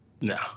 No